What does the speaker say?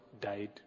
died